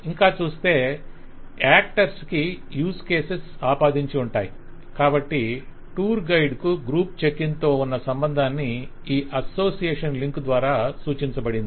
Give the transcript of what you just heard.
ఇంకా చూస్తే యాక్టర్స్ కి యూజ్ కేసెస్ అపాదించి ఉంటాయి కాబట్టి టూర్ గైడ్ కు గ్రూప్ చెక్ ఇన్ తో ఉన్న సంబంధాన్ని ఈ అసోసియేషన్ లింక్ ద్వారా సూచించబడింది